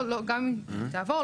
גם אם היא תעבור,